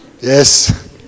Yes